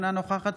אינה נוכחת